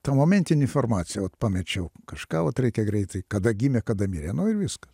ta momentinė informacija vat pamečiau kažką vat reikia greitai kada gimė kada mirė nu ir viską